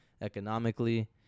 economically